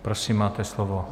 Prosím, máte slovo.